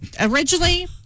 originally